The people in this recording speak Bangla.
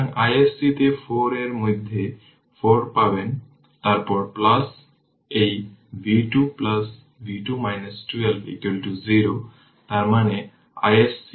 সুতরাং এটি 4 Ω রেজিস্টেন্স এর মধ্য দিয়ে প্রবাহিত কারেন্ট হবে যা 1 1 4 1 5